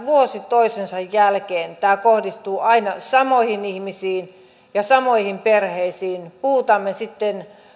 vuosi toisensa jälkeen tämä kohdistuu aina samoihin ihmisiin ja samoihin perheisiin puhutaan sitten